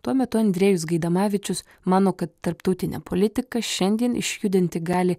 tuo metu andrejus gaidamavičius mano kad tarptautinę politiką šiandien išjudinti gali